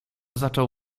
zaczął